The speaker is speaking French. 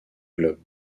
globe